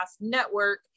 Network